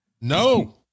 No